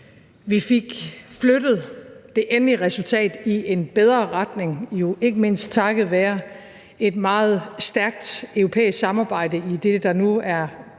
Vi fik flyttet det endelige resultat i en bedre retning, jo ikke mindst takket være et meget stærkt europæisk samarbejde i det, der nu er benævnt